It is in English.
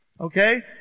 Okay